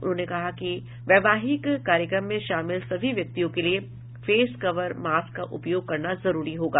उन्होंने कहा कि वैवाहिक कार्यक्रम में शामिल सभी व्यक्तियों के लिए फेस कवर मास्क का उपयोग करना जरूरी होगा